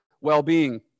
well-being